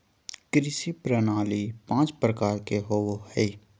कृषि प्रणाली पाँच प्रकार के होबो हइ